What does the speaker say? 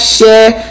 Share